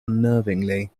unnervingly